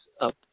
up